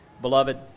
Beloved